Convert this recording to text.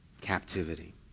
captivity